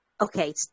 Okay